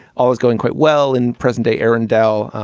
always going quite well in present day. aaron del.